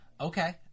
Okay